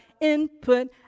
Input